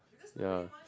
yeah